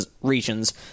regions